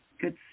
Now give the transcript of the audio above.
good